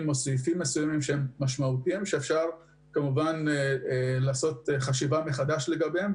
ולבדוק סעיפים מסוימים שאפשר לעשות חשיבה מחדש לגביהם.